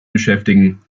beschäftigen